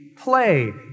play